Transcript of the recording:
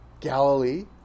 Galilee